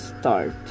start